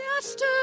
yesterday